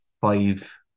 five